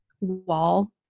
wall